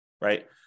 right